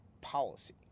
policy